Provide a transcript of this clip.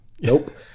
nope